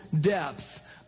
depth